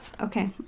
Okay